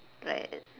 like